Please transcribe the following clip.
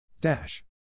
dash